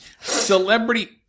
Celebrity